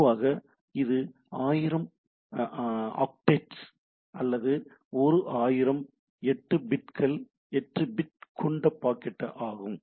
பொதுவாக இது 1000 ஆக்டெட்டுகள் அல்லது ஒரு 1000 8 பிட்கள் 8 பிட் கொண்ட பாக்கெட் ஆகும்